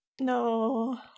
no